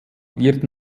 wird